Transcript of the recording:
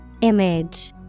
Image